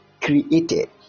created